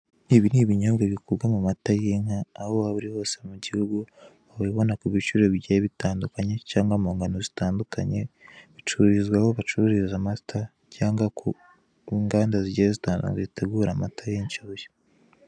Ibi n'ibinyobwa bikorwa mumata y'inka aho waba uri hose mugihugu wabibona kubiciro bigiye bitandukanye cyangwa mungano zitandukanye bicururizwa aho bacururiza amata cyangwa kunganda zigiye zitandukanye zitegura amata y'inshushyu.